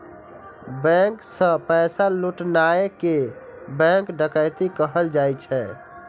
bank सं पैसा लुटनाय कें बैंक डकैती कहल जाइ छै